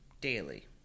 daily